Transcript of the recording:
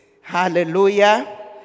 Hallelujah